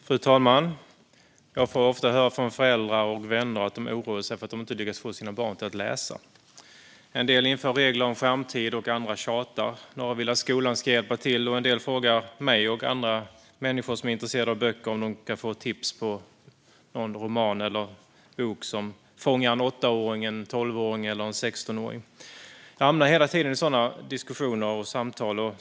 Fru talman! Jag får ofta höra från föräldrar och vänner att de oroar sig för att de inte lyckas få sina barn att läsa. En del inför regler om skärmtid. Andra tjatar. Några vill att skolan ska hjälpa till. En del frågar mig och andra människor som är intresserade av böcker om de kan få tips på någon roman eller bok som fångar en åttaåring, en tolvåring eller en sextonåring. Jag hamnar hela tiden i sådana diskussioner och samtal.